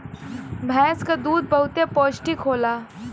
भैंस क दूध बहुते पौष्टिक होला